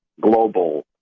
global